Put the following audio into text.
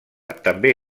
també